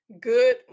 Good